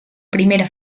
primera